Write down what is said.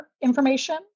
information